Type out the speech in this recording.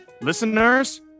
listeners